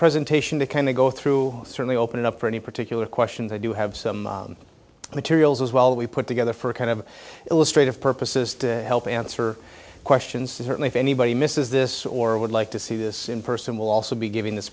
presentation to kind of go through certainly opening up for any particular question they do have some materials as well we put together for a kind of illustrated purposes to help answer questions certainly for anybody misses this or would like to see this in person will also be giving this